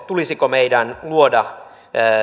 tulisiko meidän luoda